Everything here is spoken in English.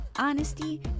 honesty